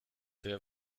der